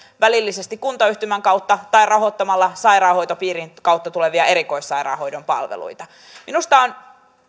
välillisesti kuntayhtymän kautta tai rahoittamalla sairaanhoitopiirien kautta tulevia erikoissairaanhoidon palveluita minusta on